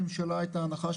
מדברים על הפנימיות וזה שלך.